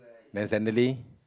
then suddenly